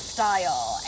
Style